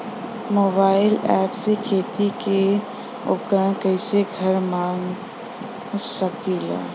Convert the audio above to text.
Mobile ऐपसे खेती के उपकरण कइसे घर मगा सकीला?